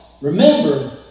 remember